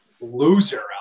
loser